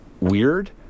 weird